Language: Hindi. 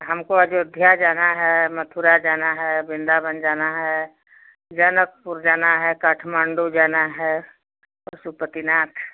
हमको अयोध्या जाना है मथुरा जाना है वृंदावन जाना है जनकपुर जाना है काठमांडू जाना है और पशुपति नाथ